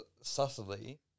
subtly